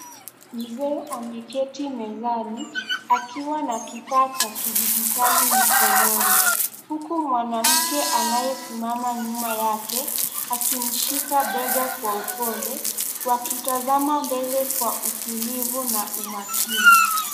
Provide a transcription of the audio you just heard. Mzee ameketi mezani akiwa na kifaa cha kidijitali mikononi huku mwanamke anayesimama nyuma yake akimshika bega kwa upole, wakitazama mbele kwa utulivu na umakini.